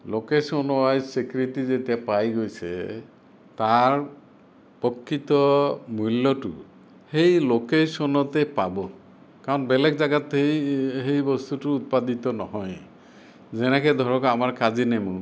location wise স্বীকৃতি যেতিয়া পায় গৈছে তাৰ প্ৰকৃত মূল্যটো সেই লোকেশ্যনতে পাব কাৰণ বেলেগ জাগাত সেই বস্তুটো উৎপাদিত নহয় যেনেকে ধৰক আমাৰ কাজী নেমু